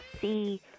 see